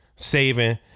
Saving